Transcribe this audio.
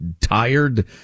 tired